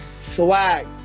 Swag